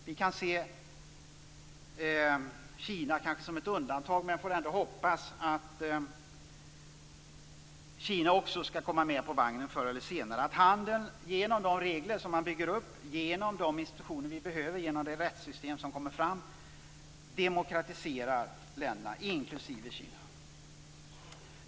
Vi kan se Kina som ett undantag, men får ändå hoppas att Kina också skall komma med på vagnen förr eller senare. Vi hoppas att handeln genom de regler som man bygger upp, genom de institutioner som vi behöver och genom de rättssystem som kommer fram demokratiserar länderna, inklusive Kina.